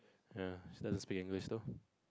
ya she doesn't speak English though